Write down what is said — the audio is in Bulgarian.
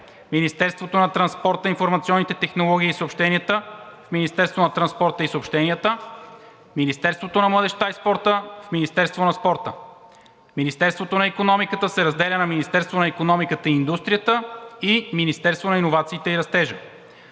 Министерството на транспорта, информационните технологии и съобщенията в Министерство на транспорта и съобщенията; Министерството на младежта и спорта в Министерство на спорта; Министерството на икономиката се разделя на Министерство на икономиката и индустрията и Министерство на иновациите и растежа.